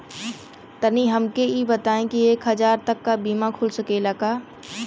तनि हमके इ बताईं की एक हजार तक क बीमा खुल सकेला का?